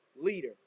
leader